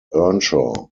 earnshaw